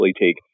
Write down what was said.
take